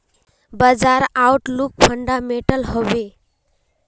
बाजार outlook fundamental हैवै?